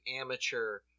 amateur